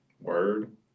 Word